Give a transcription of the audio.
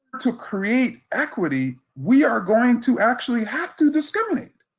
to create equity, we are going to actually have to discriminate.